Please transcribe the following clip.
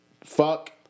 fuck